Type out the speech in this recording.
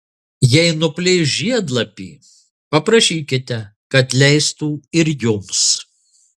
jei nuplėš žiedlapį paprašykite kad leistų ir jums